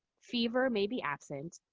fever may be absent,